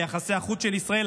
ליחסי החוץ של ישראל,